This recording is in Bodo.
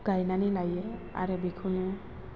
गायनानै लायो आरो बेखौनो